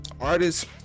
artists